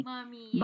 Mommy